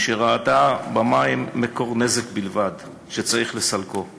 שראתה במים מקור נזק שצריך לסלקו ובמהירות.